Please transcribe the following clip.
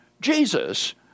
Jesus